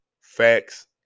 facts